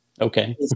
Okay